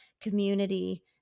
community